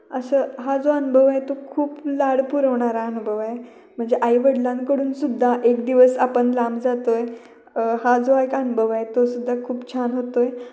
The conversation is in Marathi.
असं हा जो अनुभव आहे तो खूप लाड पुरवणारा अनुभव आहे म्हणजे आईवडलांकडून सुद्धा एक दिवस आपण लांब जातो आहे हा जो एक अनुभव आहे तो सुद्धा खूप छान होतो आहे